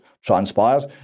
Transpires